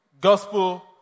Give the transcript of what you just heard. gospel